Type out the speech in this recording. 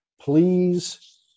please